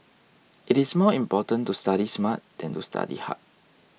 it is more important to study smart than to study hard